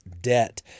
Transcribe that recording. Debt